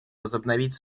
возобновить